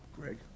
Greg